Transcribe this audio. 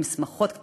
עם שמחות קטנות,